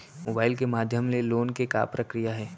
Mobile के माधयम ले लोन के का प्रक्रिया हे?